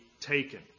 taken